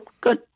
good